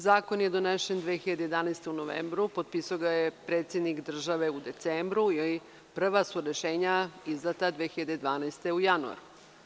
Zakon je donesen 2011. godine u novembru, potpisao ga je predsednik države u decembru i prva su rešenja izdata 2012. godine u januaru.